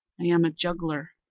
i am a juggler,